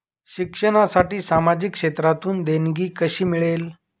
शिक्षणासाठी सामाजिक क्षेत्रातून देणगी कशी मिळेल?